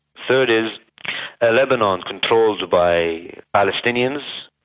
third is a lebanon controlled by palestinians,